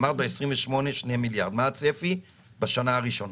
אמרת ב-2028 2 מיליארד, מה הצפי בשנה הראשונה?